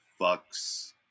fucks